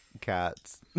cats